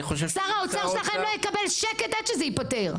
שר האוצר לא יקבל שקט עד שזה ייפתר.